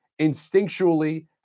instinctually